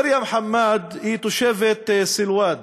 מרים חמאד היא תושבת סילואד,